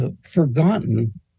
forgotten